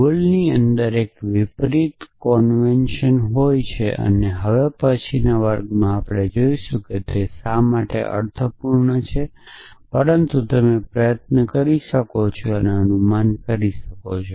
ગોલની અંદર એક વિપરીત કોન્વેનશન હોય છે અને હવે પછીનો વર્ગ આપણે જોઈશું કે તે શા માટે અર્થપૂર્ણ છે પરંતુ તમે પ્રયત્ન કરી શકો છો અને અનુમાન કરી શકો છો